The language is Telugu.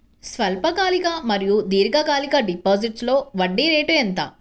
స్వల్పకాలిక మరియు దీర్ఘకాలిక డిపోజిట్స్లో వడ్డీ రేటు ఎంత?